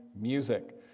music